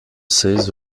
seize